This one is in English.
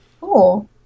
Cool